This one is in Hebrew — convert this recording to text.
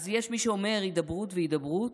אז יש מי שאומר: הידברות והידברות.